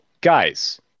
guys